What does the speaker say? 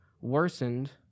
worsened